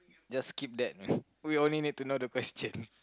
just kidnap we only need to know the questions